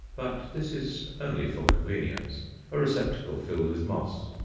but this is only for convenience a receptacle filled with moss.